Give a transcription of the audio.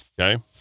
okay